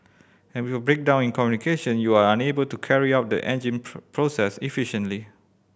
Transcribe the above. and with breakdown in communication you are unable to carry out the engine process efficiently